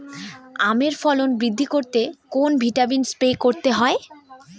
আমের ফলন বৃদ্ধি করতে কোন ভিটামিন স্প্রে করতে হয়?